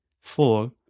Four